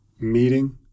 meeting